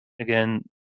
again